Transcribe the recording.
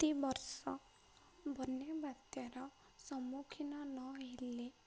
ପ୍ରତିବର୍ଷ ବନ୍ୟା ବାତ୍ୟାର ସମ୍ମୁଖୀନ ନହଲେ